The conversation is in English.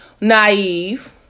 naive